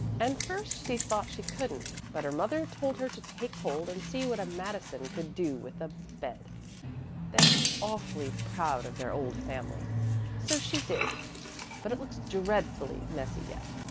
and first she thought she couldn't, but her mother told her to take hold and see what a madison could do with a bed they're awfully proud of their old family so she did but it looks dreadfully messy yet,